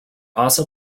also